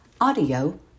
audio